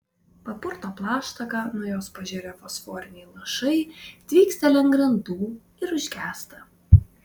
papurto plaštaką nuo jos pažirę fosforiniai lašai tvyksteli ant grindų ir užgęsta